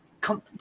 come